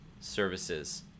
services